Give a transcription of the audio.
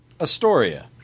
Astoria